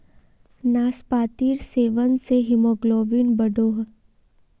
नास्पातिर सेवन से हीमोग्लोबिन बढ़ोह